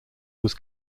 was